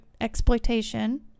exploitation